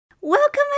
Welcome